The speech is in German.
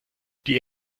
die